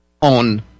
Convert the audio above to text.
on